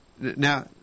now